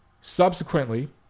Subsequently